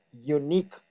unique